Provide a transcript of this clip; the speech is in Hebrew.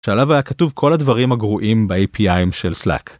‫שעליו היה כתוב כל הדברים ‫הגרועים בAPIים של סלאק.